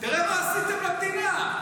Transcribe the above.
תראה מה עשיתם למדינה.